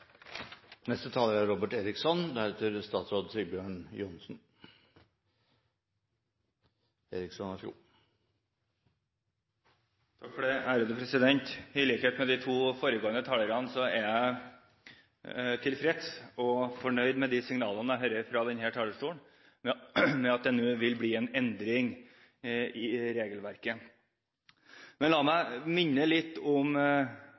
I likhet med de to foregående talerne er jeg tilfreds og fornøyd med signalene jeg hører fra denne talerstolen, om at det nå vil bli en endring i regelverket. Men la meg minne litt om